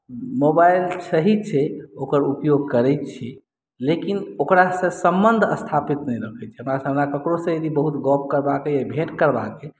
mobile सही छै ओकर उपयोग करैत छी लेकिन ओकरासँ सम्बन्ध स्थापित नहि रखैत छी हमरा ओना ककरहुसँ यदि गप्प करबाक भेल या भेँट करबाक भेल